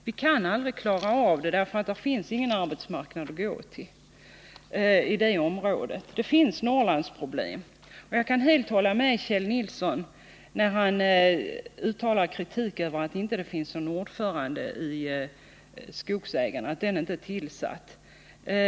Vi kan aldrig klara av situationen, för det finns ingen arbetsmarknad att gå till i det området. Där finns ett Norrlandsproblem. Jag kan helt hålla med Kjell Nilsson när han uttalar kritik mot att ingen ordförande har tillsatts i Södra Skogsägarna.